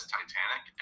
Titanic